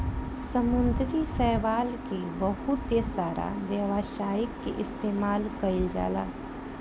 समुंद्री शैवाल के बहुत सारा व्यावसायिक इस्तेमाल कईल जाला